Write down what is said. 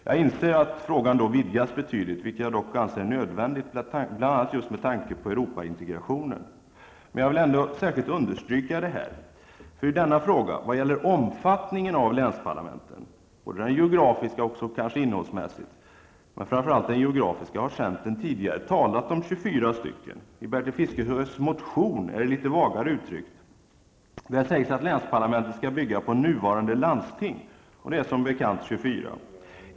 Jag inser att frågan då vidgas betydligt, vilket jag dock anser vara nödvändigt, bl.a. med tanke på Europaintegrationen. Vad gäller omfattningen av länsparlamenten, innehållsmässigt men framför allt geografiskt, har centern tidigare talat om 24. I Bertil Fiskesjös motion är det litet vagare uttryckt. Där sägs att länsparlamenten skall bygga på nuvarande landsting, och de är som bekant 24.